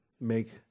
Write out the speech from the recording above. make